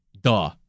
Duh